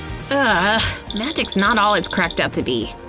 ah magic's not all it's cracked up to be.